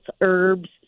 herbs